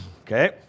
Okay